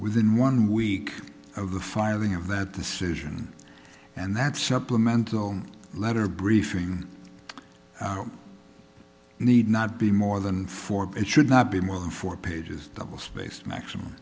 within one week of the filing of that decision and that supplemental letter briefing need not be more than four it should not be more than four pages double spaced maximum